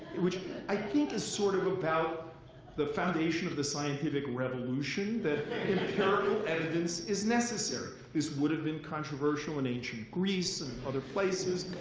which i think is sort of about the foundation of the scientific revolution that empirical evidence is necessary. this would have been controversial in ancient greece and other places.